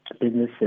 businesses